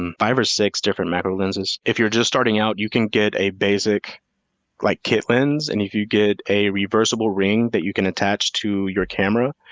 and five or six different macro lenses. if you're just starting out, you can get a basic like kit lens, and if you get a reversible ring that you can attach to your camera,